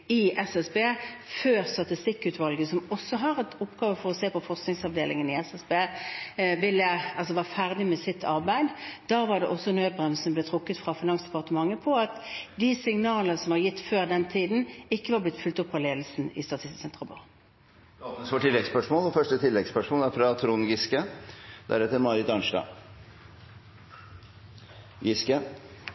SSB – og før Statistikklovutvalget, som også har fått i oppgave å se på forskningsavdelingen i SSB, var ferdig med sitt arbeid. Da var det man trakk i nødbremsen fra Finansdepartementets side, med tanke på at de signalene som var gitt før den tiden, ikke var blitt fulgt opp av ledelsen i Statistisk sentralbyrå. Det åpnes for oppfølgingsspørsmål – først Trond Giske. Striden mellom Fremskrittspartiet og